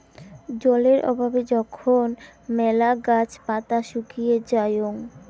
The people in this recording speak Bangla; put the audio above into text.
জলের অভাবে যখন মেলা গাছ পাতা শুকিয়ে যায়ং